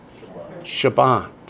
Shabbat